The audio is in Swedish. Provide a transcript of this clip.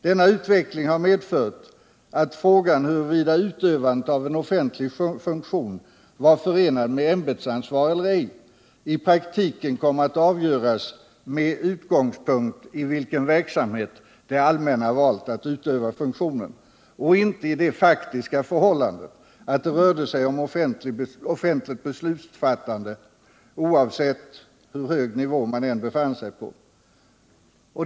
Denna utveckling har medfört att frågan huruvida utövandet av en offentlig funktion varit förenad med ämbetsansvar eller ej i praktiken kommit att avgöras med utgångspunkt i vilken verksamhet det allmänna valt för att utöva funktionen och inte i det faktiska förhållandet att det rörde sig om offentligt beslutsfattande, oavsett hur hög nivå man befann sig på.